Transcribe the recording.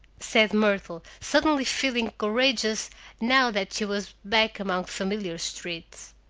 said myrtle, suddenly feeling courageous now that she was back among familiar streets.